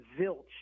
zilch